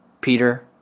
Peter